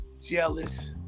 jealous